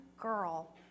girl